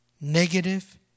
negative